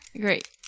Great